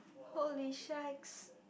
holy shacks